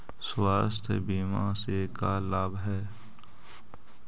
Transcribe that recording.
स्वास्थ्य बीमा से का लाभ है?